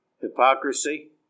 hypocrisy